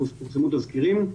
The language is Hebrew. פורסמו תזכירים.